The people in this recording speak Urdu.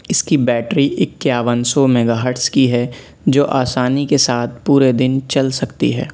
اس کی بیٹری اکیاون سو میگا ہرٹس کی ہے جو آسانی کے ساتھ پورے دن چل سکتی ہے